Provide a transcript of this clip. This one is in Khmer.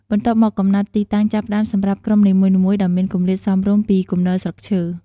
បន្ទាប់មកកំណត់ ទីតាំងចាប់ផ្ដើម សម្រាប់ក្រុមនីមួយៗ ដោយមានគម្លាតសមរម្យពីគំនរស្លឹកឈើ។